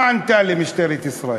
מה ענתה לי משטרת ישראל?